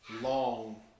long